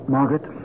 Margaret